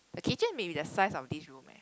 the kitchen may be the size of this room eh